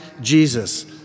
Jesus